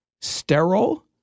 sterile